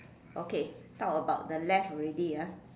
okay talk about the left already ah